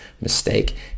mistake